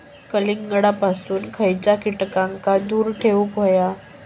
कलिंगडापासून खयच्या कीटकांका दूर ठेवूक व्हया?